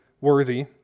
worthy